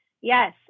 Yes